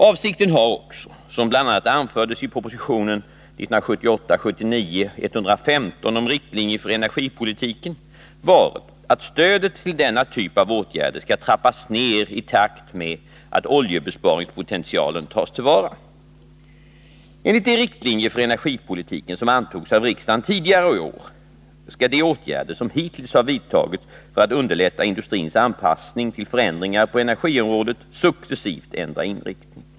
Avsikten har också, som bl.a. anfördes i proposition 1978 80:170, NU 1979 80:410) skall de åtgärder som hittills har vidtagits för att underlätta industrins anpassning till förändringar på energiområdet successivt ändra inriktning.